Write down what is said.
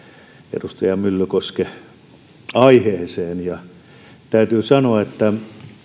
edustaja myllykosken aiheeseen täytyy sanoa että